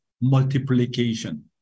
multiplication